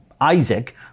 Isaac